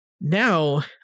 now